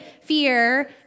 fear